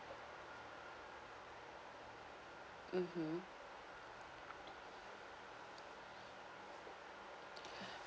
mmhmm